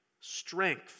strength